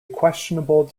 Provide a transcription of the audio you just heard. questionable